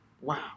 Wow